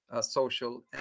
social